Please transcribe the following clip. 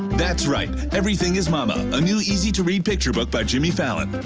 that's right everything is mama, a new easy-to-read picture book by jimmy fallon.